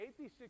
86